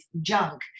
junk